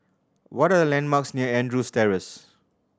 what are the landmarks near Andrews Terrace